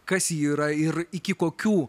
kas ji yra ir iki kokių